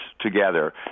together